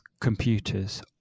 computers